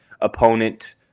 opponent